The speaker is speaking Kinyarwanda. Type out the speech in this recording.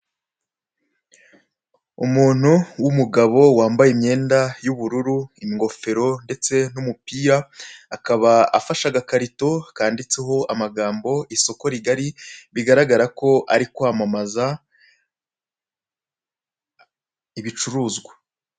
Umuntu w'umugabo, wambaye imyenda y'ubururu, ingofero, ndetse n'umupira, akaba afashe agakarito kanditseho amagambo "isoko rigari", bigaragara ko ari kwamamaza ibicuruzwa.